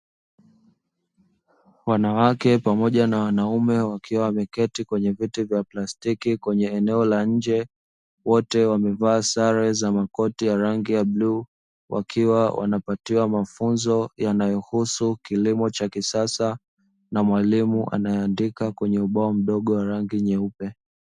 Wanawake pamoja na wanaume wakiwa wameketi kwenye viti vya plastiki kwenye eneo la nje, wote wamevaa sare za makoti ya rangi ya bluu; wakiwa wanapatiwa mafunzo yanayohusu kilimo cha kisasa na mwalimu anayeandika kwenye ubao mdogo wa rangi nyeupe.